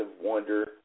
wonder